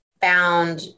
found